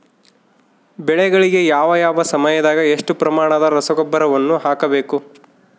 ಬೆಳೆಗಳಿಗೆ ಯಾವ ಯಾವ ಸಮಯದಾಗ ಎಷ್ಟು ಪ್ರಮಾಣದ ರಸಗೊಬ್ಬರವನ್ನು ಹಾಕಬೇಕು?